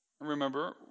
Remember